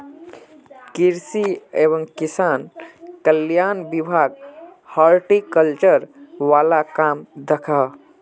कृषि एवं किसान कल्याण विभाग हॉर्टिकल्चर वाल काम दखोह